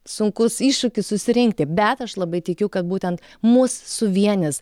sunkus iššūkis susirinkti bet aš labai tikiu kad būtent mus suvienys